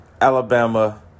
Alabama